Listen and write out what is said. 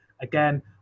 again